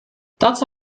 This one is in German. dazu